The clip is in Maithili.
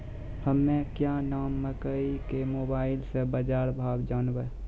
हमें क्या नाम मकई के मोबाइल से बाजार भाव जनवे?